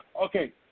Okay